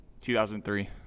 2003